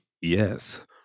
Yes